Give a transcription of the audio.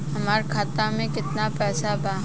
हमार खाता में केतना पैसा बा?